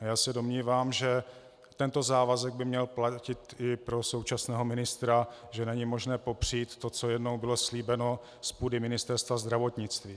Já se domnívám, že tento závazek by měl platit i pro současného ministra, že není možné popřít to, co jednou bylo slíbeno z půdy Ministerstva zdravotnictví.